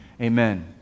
Amen